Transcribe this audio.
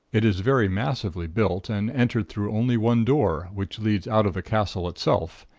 it is very massively built, and entered through only one door, which leads out of the castle itself,